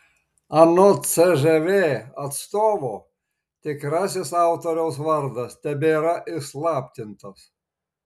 anot cžv atstovo tikrasis autoriaus vardas tebėra įslaptintas